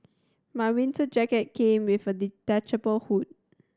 my winter jacket came with a detachable hood